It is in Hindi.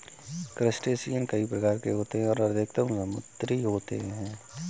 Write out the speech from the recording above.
क्रस्टेशियन कई प्रकार के होते हैं और अधिकतर समुद्री होते हैं